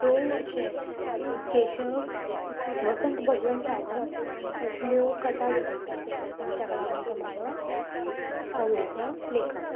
so अशें केशव वसंत भगवन सावंत असल्यो कथा बरयता आनी ताका लागून तो म्हाजो आवडीचो लेखक